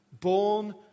Born